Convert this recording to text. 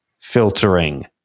filtering